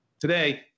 Today